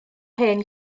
hen